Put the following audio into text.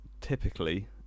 typically